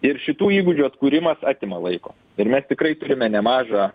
ir šitų įgūdžių atkūrimas atima laiko ir mes tikrai turime nemažą